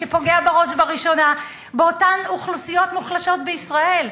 שפוגע בראש ובראשונה באותן אוכלוסיות מוחלשות בישראל.